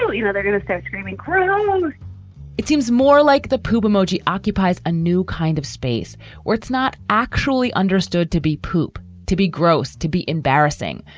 you know, they're going to start screaming, crying um it seems more like the puba emoji occupies a new kind of space where it's not actually understood to be poop, to be gross, to be embarrassing.